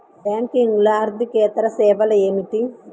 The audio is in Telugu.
బ్యాంకింగ్లో అర్దికేతర సేవలు ఏమిటీ?